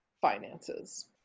finances